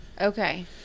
okay